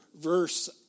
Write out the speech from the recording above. verse